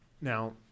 now